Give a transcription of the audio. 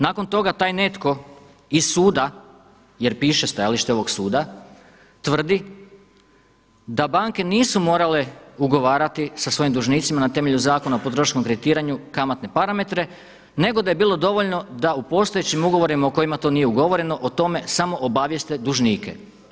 Nakon toga taj netko iz suda jer piše stajalište ovog suda, tvrdi da banke nisu morale ugovarati sa svojim dužnicima na temelju Zakona o potrošačkom kreditiranju kamatne parametre nego da je bilo dovoljno da u postojećim ugovorima u kojima to nije ugovoreno o tome samo obavijeste dužnike.